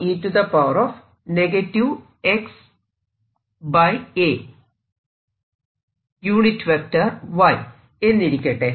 ഇവിടെ എന്നിരിക്കട്ടെ